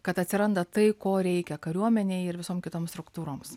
kad atsiranda tai ko reikia kariuomenei ir visom kitom struktūroms